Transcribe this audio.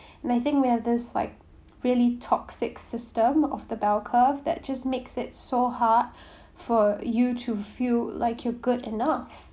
and I think we have this like really toxic system of the bell curve that just makes it so hard for you to feel like you're good enough